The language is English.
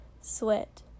Sweat